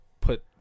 put